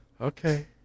Okay